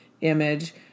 image